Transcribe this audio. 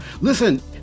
Listen